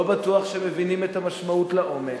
ולא בטוח שהם מבינים את המשמעות לעומק.